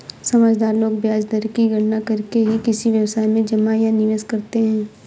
समझदार लोग ब्याज दर की गणना करके ही किसी व्यवसाय में जमा या निवेश करते हैं